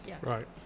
right